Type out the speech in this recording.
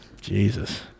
Jesus